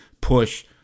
push –